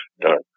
done